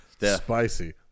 Spicy